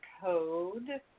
code